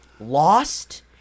lost